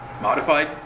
Modified